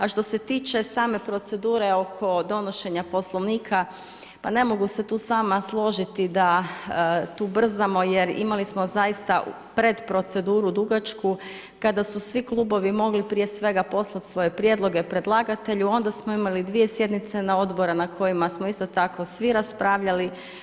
A što se tiče same procedure oko donošenja Poslovnika, pa ne mogu se tu s vama složiti da tu brzamo jer imali smo zaista pred proceduru dugačku kada su svi klubovi mogli prije svega poslati svoje prijedloge predlagatelju onda smo imali dvije sjednice na odborima na kojima smo isto tako svi raspravljali.